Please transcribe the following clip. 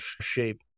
shape